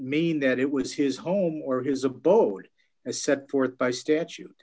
mean that it was his home or his abode as set forth by statute